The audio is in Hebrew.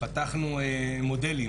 פתחנו מודלים